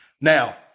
Now